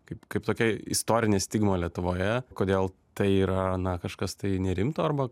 kaip kaip tokia istorinė stigma lietuvoje kodėl tai yra na kažkas tai nerimto arba